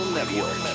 Network